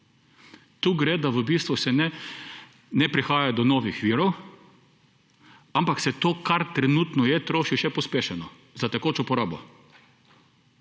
Tukaj gre, da v bistvu ne prihaja do novih virov, ampak se to kar trenutno je, troši še pospešeno za tekočo porabo.